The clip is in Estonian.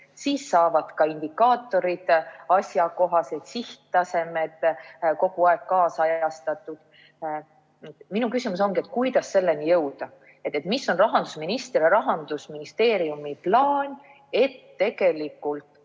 siis saavad ka indikaatorid asjakohased ja sihttasemed kogu aeg kaasajastatud. Minu küsimus ongi, kuidas selleni jõuda. Mis on rahandusministri ja Rahandusministeeriumi plaan, et selle